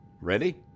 Ready